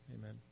amen